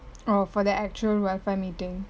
oh for the actual wifi meeting